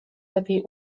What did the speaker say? lepiej